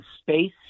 space